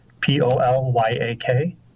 P-O-L-Y-A-K